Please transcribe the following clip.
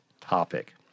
topic